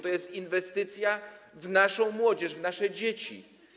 To jest inwestycja w naszą młodzież, w nasze dzieci.